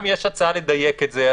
אם יש הצעה לדייק את זה,